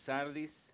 Sardis